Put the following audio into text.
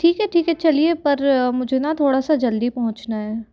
ठीक है ठीक है चलिए पर मुझे ना थोड़ा सा जल्दी पहुँचना है